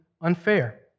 unfair